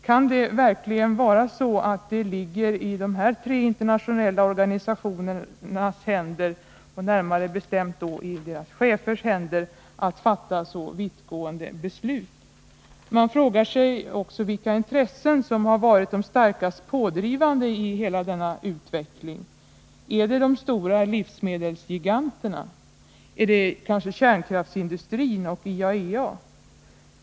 Kan det verkligen ligga i dessa tre internationella organisationers händer — närmare bestämt i deras chefers händer — att fatta så vittgående beslut? Man frågar sig också vilka intressen som har varit de starkast pådrivande i denna utveckling. Är det de stora livsmedelsgiganterna? Är det kanske kärnkraftsindustrin och IAEA?